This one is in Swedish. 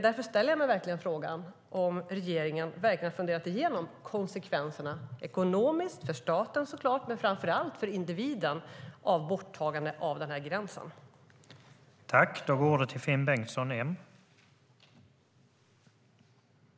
Därför ställer jag mig frågan om regeringen verkligen har funderat igenom de ekonomiska konsekvenserna för staten och framför allt för individen av borttagandet av gränsen.